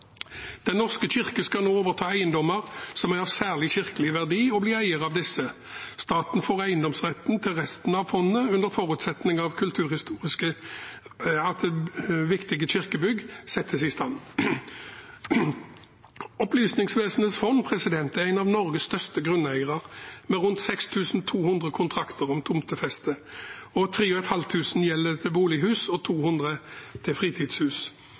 Den norske kirke skal nå overta eiendommer som er av særlig kirkelig verdi, og bli eiere av disse. Staten får eiendomsretten til resten av fondet under forutsetning av at kulturhistorisk viktige kirkebygg settes i stand. Opplysningsvesenets fond er en av Norges største grunneiere, med rundt 6 200 kontrakter om tomtefeste, 3 500 gjelder bolighus, og 200 fritidshus.